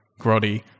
grotty